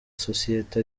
sosiyete